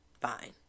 Fine